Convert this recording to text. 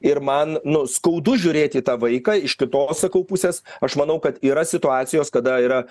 ir man nu skaudu žiūrėt į tą vaiką iš kitos sakau pusės aš manau kad yra situacijos kada yra